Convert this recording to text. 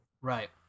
Right